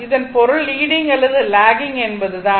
இதன் பொருள் லீடிங் அல்லது லாகிங் என்பது தான்